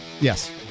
Yes